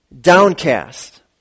downcast